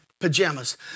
pajamas